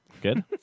Good